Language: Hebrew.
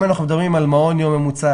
אם אנחנו מדברים על מעון יום ממוצע